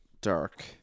dark